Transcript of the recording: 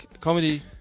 comedy